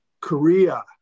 Korea